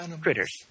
critters